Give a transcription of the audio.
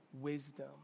wisdom